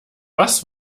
was